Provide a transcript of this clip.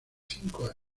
cinco